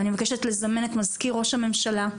ואני מבקשת לזמן את מזכיר ראש הממשלה,